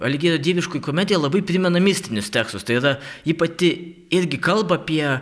aligjeri dieviškoji komedija labai primena mistinius tekstus tai yra ji pati irgi kalba apie